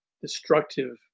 destructive